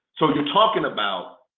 so you're talking about